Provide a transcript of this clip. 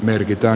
merkittyä